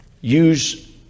use